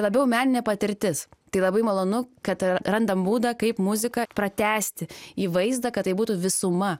labiau meninė patirtis tai labai malonu kad randam būdą kaip muziką pratęsti į vaizdą kad tai būtų visuma